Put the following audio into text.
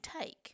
take